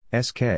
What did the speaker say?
SK